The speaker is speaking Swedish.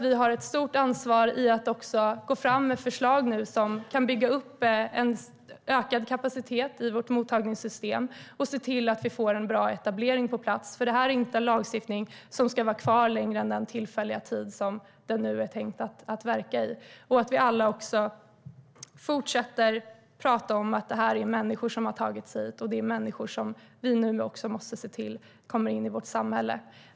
Vi har ett stort ansvar för att få fram förslag om hur man kan bygga upp en ökad kapacitet i vårt mottagningssystem. Vi måste se till att få en bra etablering på plats. Den här lagstiftningen ska ju inte finnas kvar längre än den tillfälliga tid som den är tänkt att verka i. Vi måste alla också se att det är människor som har tagit sig hit och som vi nu måste se till att de kommer in i vårt samhälle.